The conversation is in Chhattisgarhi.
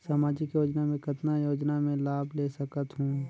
समाजिक योजना मे कतना योजना मे लाभ ले सकत हूं?